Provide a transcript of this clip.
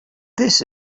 this